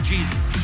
Jesus